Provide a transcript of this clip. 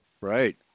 Right